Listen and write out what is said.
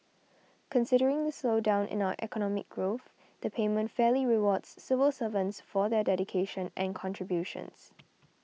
considering the slowdown in our economic growth the payment fairly rewards civil servants for their dedication and contributions